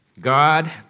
God